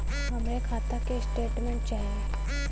हमरे खाता के स्टेटमेंट चाही?